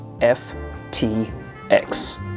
F-T-X